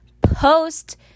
post